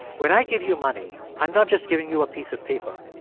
when i give you money, i'm not just giving you a piece of paper.